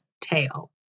Tail